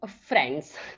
friends